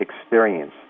experience